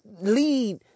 lead